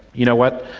you know what,